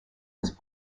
was